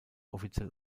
offiziell